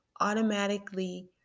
automatically